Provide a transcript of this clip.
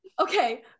Okay